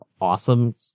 awesome